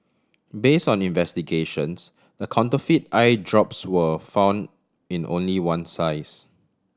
base on investigations the counterfeit eye drops were found in only one size